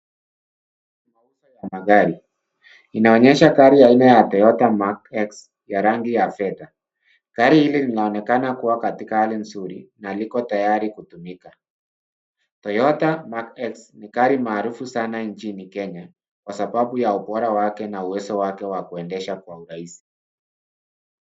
Inaonyesha gari ya aina ya Toyota Mark X ya rangi ya fedha. Gari hili linaonekana kuwa katika hali nzuri na liko tayari kutumika. Toyota Mark X ni gari marufu sana nchini Kenya kwa sababu ya ubora wake na uwezo wake wa kuendesha kwa urahisi.